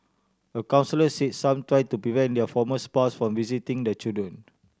a counsellor said some try to prevent their former spouse from visiting the children